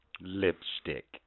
Lipstick